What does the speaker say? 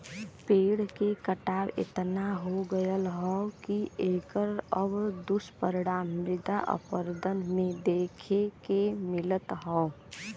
पेड़ के कटाव एतना हो गयल हौ की एकर अब दुष्परिणाम मृदा अपरदन में देखे के मिलत हौ